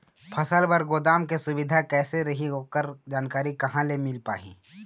फसल बर गोदाम के सुविधा कैसे रही ओकर जानकारी कहा से मिल पाही?